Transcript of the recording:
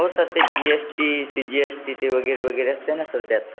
हो सर ते G S T C G S T ते वगैरे वगैरे असते ना सर त्यात